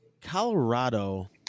Colorado